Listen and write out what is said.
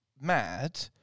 mad